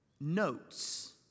notes